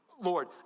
Lord